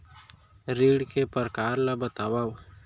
ऋण के परकार ल बतावव?